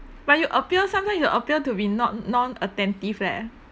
but you appear sometimes you appear to be not non attentive leh